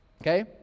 Okay